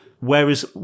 Whereas